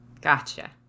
gotcha